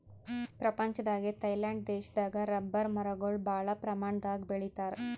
ಪ್ರಪಂಚದಾಗೆ ಥೈಲ್ಯಾಂಡ್ ದೇಶದಾಗ್ ರಬ್ಬರ್ ಮರಗೊಳ್ ಭಾಳ್ ಪ್ರಮಾಣದಾಗ್ ಬೆಳಿತಾರ್